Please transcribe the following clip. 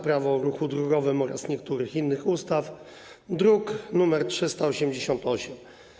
Prawo o ruchu drogowym oraz niektórych innych ustaw, druk nr 388.